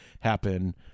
happen